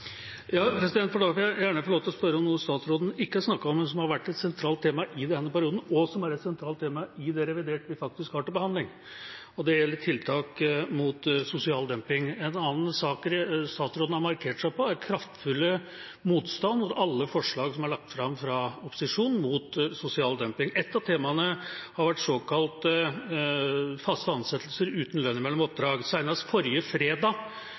Ja, for da vil jeg gjerne få lov til å spørre om noe statsråden ikke snakket om, men som har vært et sentralt tema i denne perioden, og som er et sentralt tema i det reviderte budsjettet vi har til behandling. Det gjelder tiltak mot sosial dumping. En sak statsråden har markert seg i, er kraftfull motstand mot alle forslag som er lagt fram fra opposisjonen mot sosial dumping. Ett av temaene har vært såkalte faste ansettelser uten lønn mellom oppdrag. Senest forrige fredag